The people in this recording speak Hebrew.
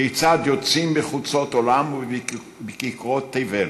כיצד יוצאים מחוצות עולם ומכיכרות תבל